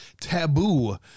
taboo